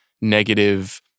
negative